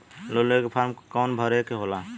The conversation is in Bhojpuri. लोन लेवे के फार्म कौन भरे के होला?